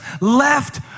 left